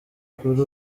kuri